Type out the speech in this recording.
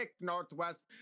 Northwest